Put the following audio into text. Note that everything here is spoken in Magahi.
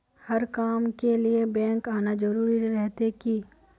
हर काम के लिए बैंक आना जरूरी रहते की?